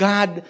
God